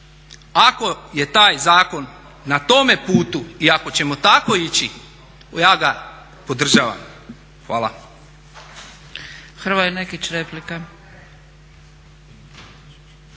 Ako je taj zakon na tome putu i ako ćemo tako ići ja ga podržavam. Hvala.